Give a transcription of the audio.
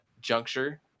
juncture